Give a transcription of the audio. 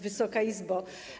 Wysoka Izbo!